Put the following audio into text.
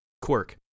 quirk